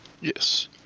Yes